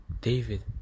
David